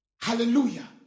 hallelujah